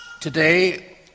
Today